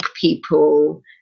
people